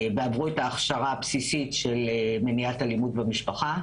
ועברו את ההכשרה הבסיסית של מניעת אלימות במשפחה.